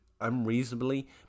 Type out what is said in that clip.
unreasonably